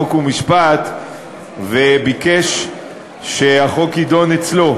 חוק ומשפט וביקש שהחוק יידון אצלו.